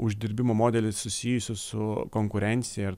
uždirbimo modelį susijusį su konkurencija ir